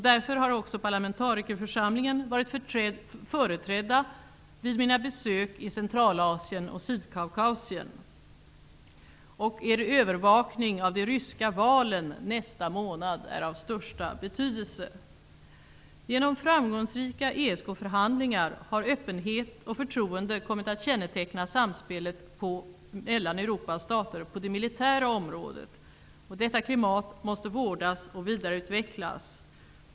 Därför har också parlamentarikerförsamlingarna varit företrädda vid mina besök i Centralasien och Sydkaukasien. Er övervakning av de ryska valen nästa månad är av största betydelse. Genom framgångsrika ESK-förhandlingar har öppenhet och förtroende kommit att känneteckna samspelet mellan Europas stater på det militära området. Detta klimat måste vårdas och vidareutvecklas.